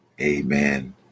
Amen